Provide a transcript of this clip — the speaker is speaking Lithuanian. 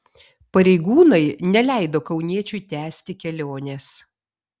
pareigūnai neleido kauniečiui tęsti kelionės